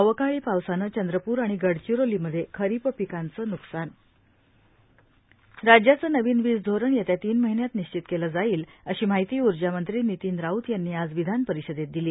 अवकाळी पावसानं चंद्रप्र आणि गडचिरोली मध्ये खरीप पिकांचे नुकसान राज्याचं नवीन वीज धोरण येत्या तीन महिन्यात निश्चित केलं जाईल अशी माहिती ऊर्जामंत्री नितीन राऊत यांनी आज विधानपरिषदेत दिली